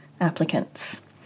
applicants